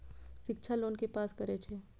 शिक्षा लोन के पास करें छै?